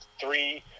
three